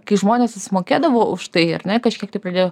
kai žmonės susimokėdavo už tai ar ne kažkiek tai pridėjo